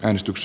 äänestys